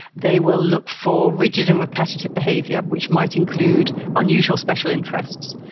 they will look for rigid and repetitive behaviour, which might include unusual special interests.